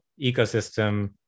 ecosystem